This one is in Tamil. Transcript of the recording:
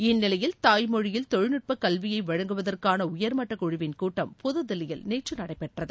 இந்நிலையில் தாய்மொழியில் தொழில்நுட்பக் கல்வியை வழங்குவதற்கான உயர்மட்டக் குழுவின் கூட்டம் புதுதில்லியில் நேற்று நடைபெற்றது